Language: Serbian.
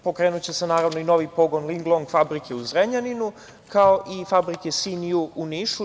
Pokrenuće se, naravno, i novi pogon „Linglong“ fabrike u Zrenjaninu, kao i fabrike „Sinju“ u Nišu.